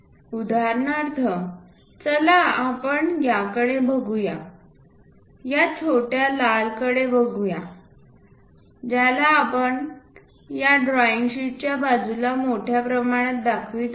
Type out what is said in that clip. उदाहरणार्थ चला आपण याकडे बघुया या छोट्या लाल कडे बघूया ज्याला आपण या ड्रॉईंग शीटच्या बाजूला मोठ्या प्रमाणात दाखवित आहोत